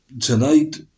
tonight